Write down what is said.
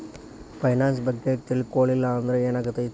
Finance ಬಗ್ಗೆ ತಿಳ್ಕೊಳಿಲ್ಲಂದ್ರ ಏನಾಗ್ತೆತಿ?